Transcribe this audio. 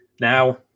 now